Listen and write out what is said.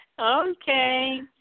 Okay